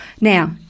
Now